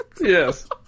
Yes